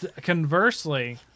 conversely